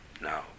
now